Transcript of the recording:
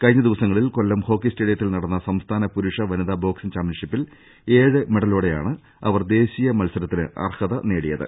കഴിഞ്ഞ ദിവസങ്ങളിൽ കൊല്ലം ഹോക്കി സ്റ്റേഡിയത്തിൽ നടന്ന സംസ്ഥാന പുരുഷ വനിതാ ബോക്സിംഗ് ചാമ്പൃൻഷിപ്പിൽ ഏഴ് മെഡലുകളുമാ യാണ് അവർ ദേശീയ മത്സരത്തിന് അർഹ്ത നേടിയത്